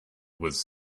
was